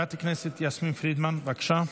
חברת הכנסת יסמין פרידמן, בבקשה.